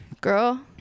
girl